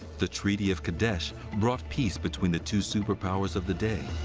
the treaty of kadesh brought peace between the two superpowers of the day.